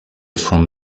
from